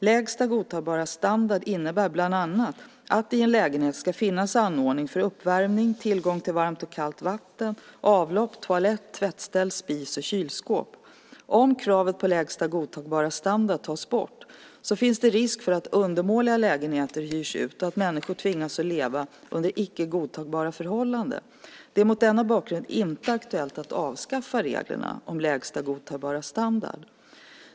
Lägsta godtagbara standard innebär bland annat att det i en lägenhet ska finnas anordning för uppvärmning, tillgång till varmt och kallt vatten, avlopp, toalett, tvättställ, spis och kylskåp. Om kravet på lägsta godtagbara standard tas bort finns det risk för att undermåliga lägenheter hyrs ut och att människor tvingas att leva under inte godtagbara förhållanden. Det är mot denna bakgrund inte aktuellt att avskaffa reglerna om lägsta godtagbara standard.